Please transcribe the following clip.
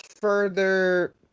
further